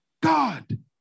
God